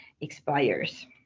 expires